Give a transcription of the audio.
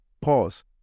pause